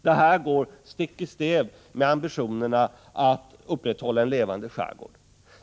Detta går stick i stäv med ambitionen att upprätthålla en levande skärgård.